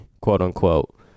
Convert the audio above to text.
quote-unquote